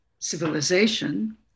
Civilization